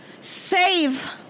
save